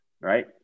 right